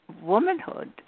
womanhood